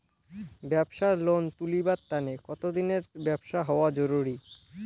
ব্যাবসার লোন তুলিবার তানে কতদিনের ব্যবসা হওয়া জরুরি?